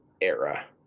era